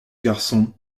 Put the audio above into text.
garçon